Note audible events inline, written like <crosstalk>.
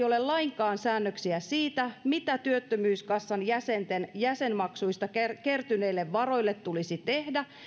<unintelligible> ole lainkaan säännöksiä siitä mitä työttömyyskassan jäsenten jäsenmaksuista kertyneille varoille tulisi tehdä